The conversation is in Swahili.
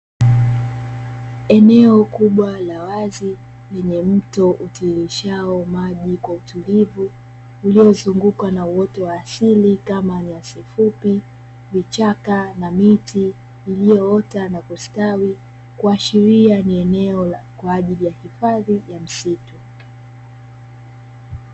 Eneo kubwa la wazi yenye mto utilishao maji kwa utulivu uliozungukwa na uoto wa asili kama nyasi fupi, vichaka na miti iliyoota na kustawi kuashiria ni eneo kwa ajili ya hifadhi ya msitu.